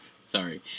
sorry